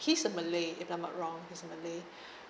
he's a malay if I'm not wrong he's a malay